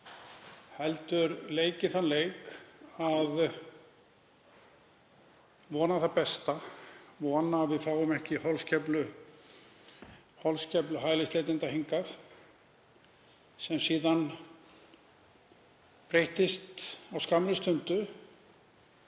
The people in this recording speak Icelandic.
heldur leikið þann leik að vona það besta, vona að við fáum ekki holskeflu hælisleitenda hingað, sem síðan breyttist á skammri stundu